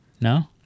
No